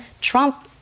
Trump